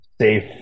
safe